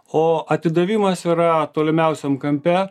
o atidavimas yra tolimiausiam kampe